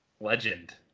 Legend